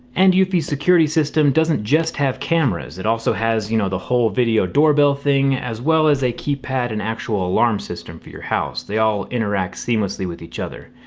and eufy security system doesn't just have cameras. it also has, you know, the whole video doorbell thing, as well as a keypad and actual alarm system for your house. they all interact seamlessly seamlessly with each other.